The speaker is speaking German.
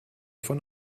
von